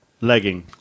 Legging